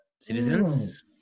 citizens